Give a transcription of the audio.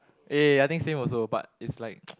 eh I think same also but it's like